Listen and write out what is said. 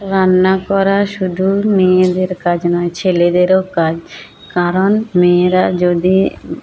রান্না করা শুধু মেয়েদের কাজ নয় ছেলেদেরও কাজ কারণ মেয়েরা যদি